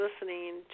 listening